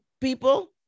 people